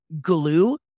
glue